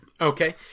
Okay